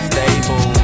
Stable